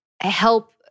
help